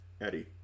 Eddie